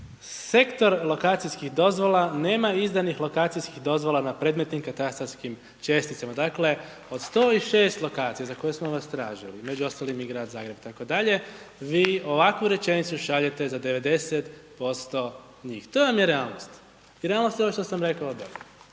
sektor lokacijskih dozvola nemaju izdanih lokacijskih dozvola na predmetnim katastarskim česticama. Dakle, od 106 lokacija za koje smo vas tražili, među ostalim i Grad Zagreb itd., vi ovakvu rečenicu šaljete za 90% njih, to vam je realnost i realnost je ovo što sam rekao